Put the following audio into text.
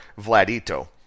Vladito